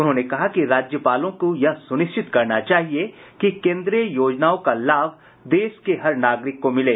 उन्होंने कहा कि राज्यपालों को यह सुनिश्चित करना चाहिए कि केन्द्रीय योजनाओं का लाभ देश के हर नागरिक को मिले